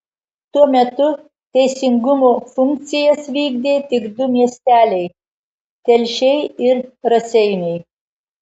tuo metu teisingumo funkcijas vykdė tik du miesteliai telšiai ir raseiniai